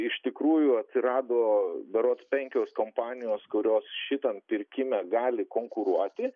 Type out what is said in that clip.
iš tikrųjų atsirado berods penkios kompanijos kurios šitam pirkime gali konkuruoti